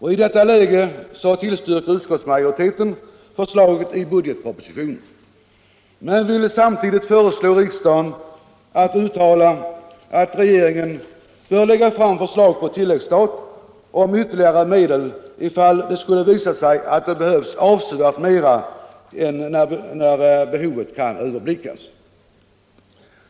I detta läge tillstyrker utskottsmajoriteten förslaget i budgetpropositionen men vill samtidigt föreslå riksdagen att uttala att regeringen bör lägga fram förslag på tillläggsstat om ytterligare medel ifall det skulle visa sig att det behövs avsevärt mera när behovet kan överblickas.